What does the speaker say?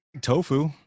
tofu